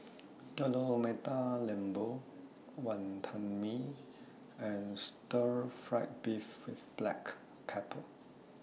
Telur Mata Lembu Wantan Mee and Stir Fried Beef with Black Pepper